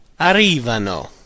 arrivano